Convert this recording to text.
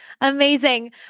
Amazing